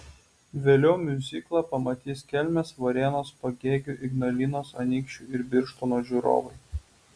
vėliau miuziklą pamatys kelmės varėnos pagėgių ignalinos anykščių ir birštono žiūrovai